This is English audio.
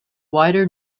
wider